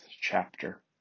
chapter